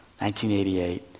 1988